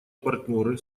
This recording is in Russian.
партнеры